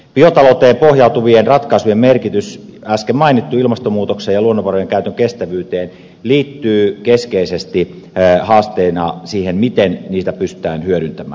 biotalouteen pohjautuvien ratkaisujen merkitys äsken mainittuun ilmastonmuutokseen ja luonnonvarojen käytön kestävyyteen liittyy keskeisesti haasteena siihen miten niitä pystytään hyödyntämään